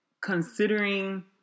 considering